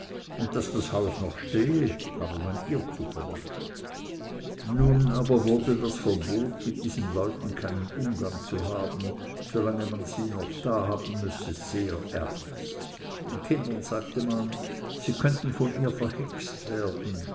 und daß das haus noch stehe habe man ihr zu verdanken nun aber wurde das verbot mit diesen leuten keinen umgang zu haben solange man sie noch da haben müsse sehr ernst den kindern sagte man sie könnten von ihr verhext werden